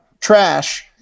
trash